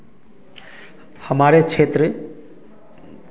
हमारे क्षेत्र